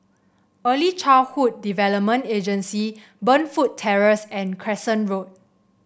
Early Childhood Development Agency Burnfoot Terrace and Crescent Road